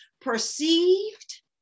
perceived